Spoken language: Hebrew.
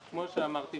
כמו שאמרתי,